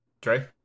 Dre